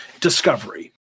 discovery